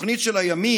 התוכנית של הימין,